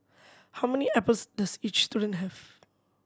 how many apples does each student have